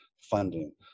funding